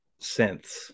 synths